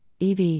EV